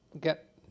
get